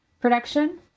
production